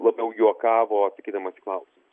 labiau juokavo atsakydamas į klausimus